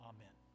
Amen